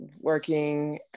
working